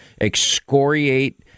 excoriate